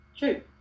True